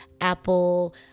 apple